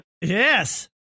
Yes